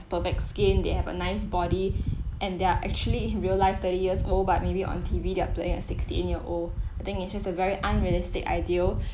perfect skin they have a nice body and there are actually real life thirty years old but maybe on T_V they're playing a sixteen year old I think it's just a very unrealistic ideal